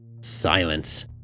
Silence